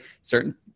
certain